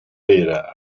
era